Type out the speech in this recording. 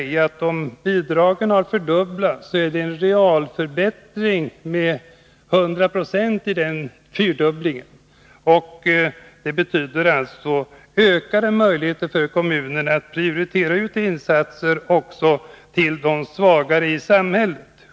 De bidragen har fördubblats. Det är en realförbättring med 100 26.Det betyder självfallet ökade möjligheter för kommunen att prioritera ut insatser också till de svagare i samhället.